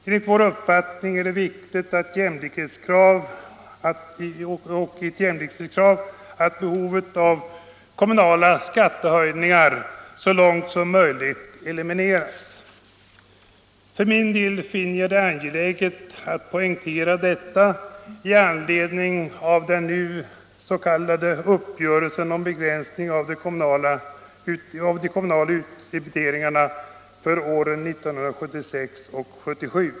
Enligt vår uppfattning är det ett viktigt jämlikhetskrav att behovet av kommunala skattehöjningar så långt som möjligt elimineras. För min del finner jag det angeläget att poängtera detta i anledning av den s.k. uppgörelsen om begränsning av de kommunala utdebiteringshöjningarna för åren 1976 och 1977.